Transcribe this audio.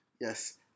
Yes